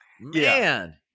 Man